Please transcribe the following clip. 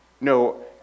no